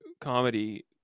comedy